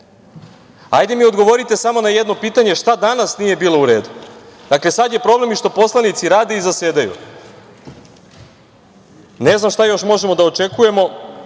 Hajde mi odgovorite samo na jedno pitanje – šta danas nije bilo u redu? Dakle, sada je problem što poslanici rade i zasedaju. Ne znam šta još možemo da očekujemo,